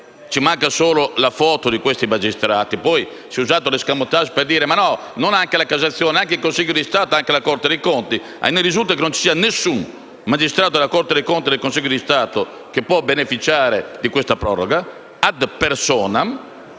(manca solo la foto di questi magistrati). Poi si è usato un *escamotage* per dire che non si tratta solo della Cassazione, ma anche del Consiglio di Stato e della Corte dei conti. A me risulta che non ci sia alcun magistrato della Corte dei conti e del Consiglio di Stato che possa beneficiare di questa proroga *ad personam*.